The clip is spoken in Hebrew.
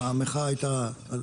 המחאה הייתה,